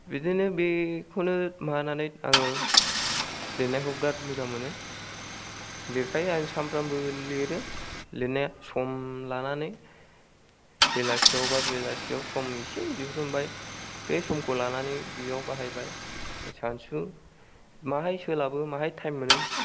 बिदिनो बेखौनो माबानानै आङो लिरनायखौ बिराद मोजां मोनो लिरखायो आं सानफ्रामबो लिरो लिरनाया सम लानानै बेलासियावबा बेलासियाव सम इसे दिहुनबाय बे समखौ लानानै बेयाव बाहायबाय सानसु माहाय सोलाबो माहाय टाइम मोनो